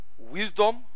Wisdom